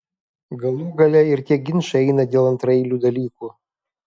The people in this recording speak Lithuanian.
galų gale ir tie ginčai eina dėl antraeilių dalykų